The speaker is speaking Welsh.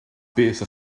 beth